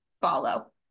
follow